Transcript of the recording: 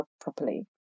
properly